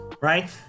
right